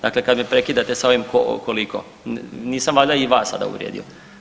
Dakle, kad me prekidate s ovim koliko, nisam valjda i vas sada uvrijedio.